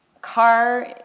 car